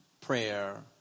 prayer